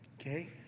Okay